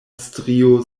strio